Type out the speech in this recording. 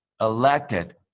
elected